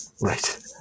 Right